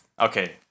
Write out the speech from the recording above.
Okay